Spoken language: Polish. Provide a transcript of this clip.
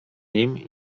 nim